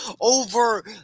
over